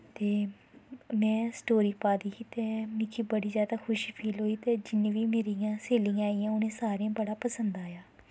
ते में स्टोरी पाई दी ही ते मिकी बड़ा जादा खुशी फील होई ते जिन्नियां बी मेरियां स्हेलियां हियां उ'नें सारें गी बड़ा पसंद आया